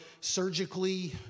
surgically